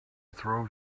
throw